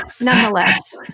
nonetheless